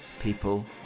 People